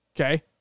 okay